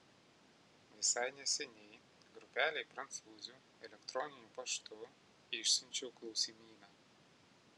visai neseniai grupelei prancūzių elektroniniu paštu išsiunčiau klausimyną